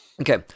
Okay